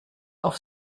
auf